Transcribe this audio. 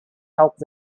help